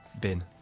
bin